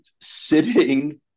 sitting